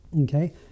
Okay